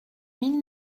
mille